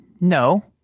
No